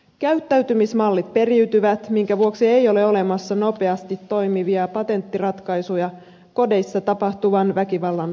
käyttäytymismallit periytyvät minkä vuoksi ei ole olemassa nopeasti toimivia patenttiratkaisuja kodeissa tapahtuvan väkivallan lopettamiseksi